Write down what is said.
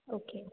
okay